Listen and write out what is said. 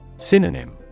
Synonym